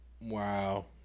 wow